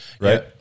right